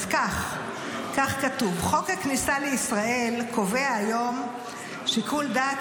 אז כך כתוב: חוק הכניסה לישראל קובע היום שיקול דעת